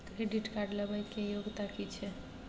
Credit card लेबै के योग्यता कि छै?